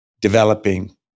developing